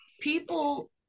people